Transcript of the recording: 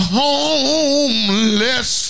homeless